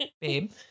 Babe